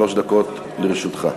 שלוש דקות לרשותך.